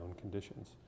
conditions